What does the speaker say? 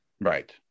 Right